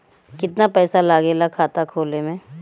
कितना पैसा लागेला खाता खोले में?